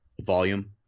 Volume